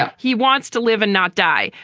ah he wants to live and not die.